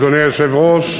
אדוני היושב-ראש,